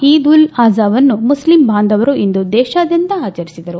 ಈದ್ ಉಲ್ ಅಜಾವನ್ನು ಮುಸ್ಲಿಂ ಬಾಂಧವರು ಇಂದು ದೇತಾದ್ಯಂತ ಆಚರಿಸಿದರು